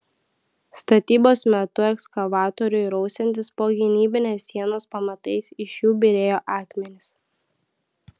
statybos metu ekskavatoriui rausiantis po gynybinės sienos pamatais iš jų byrėjo akmenys